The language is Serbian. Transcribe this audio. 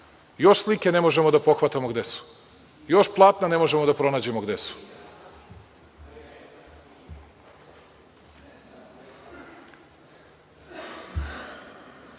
Još slike ne možemo da pohvatamo gde su, još platna ne možemo da pronađemo gde su. Što